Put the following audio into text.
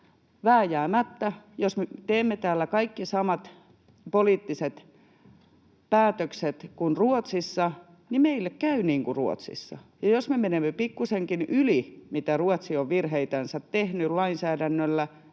vääjäämättä, jos me teemme täällä kaikki samat poliittiset päätökset kuin Ruotsissa, meille käy niin kuin Ruotsissa, ja jos me menemme pikkusenkin yli sen, mitä Ruotsi on virheitänsä tehnyt lainsäädännöllä,